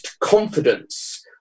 confidence